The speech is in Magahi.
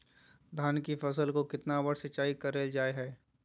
धान की फ़सल को कितना बार सिंचाई करल जा हाय?